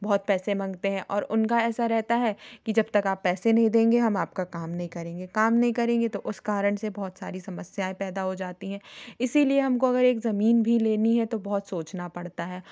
बहुत सारे पैसे मंगते हैं और उनका ऐसा रहता है कि जब तक आप पैसे नहीं देंगे हम आपका काम नहीं करेंगे काम नहीं करेंगे तो उस कारण से बहुत सारी समस्याएँ पैदा हो जाती हैं इसीलिए अगर हमको एक जमीन भी लेनी है तो बहुत सोचना पड़ता है